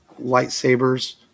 lightsabers